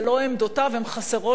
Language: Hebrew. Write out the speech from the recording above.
הן חסרות למאמיניו,